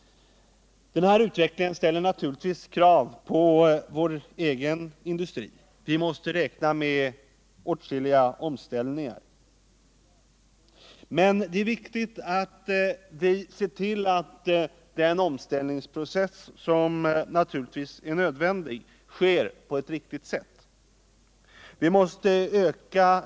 Denna utveckling ställer naturligtvis också krav på vår egen industri, där vi måste räkna med åtskilliga omställningar. Men det är då viktigt att se till att den omställningsprocess som naturligtvis är nödvändig genomförs på ett riktigt sätt.